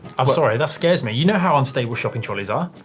i'm sorry, that scares me. you know how unstable shopping trolleys are.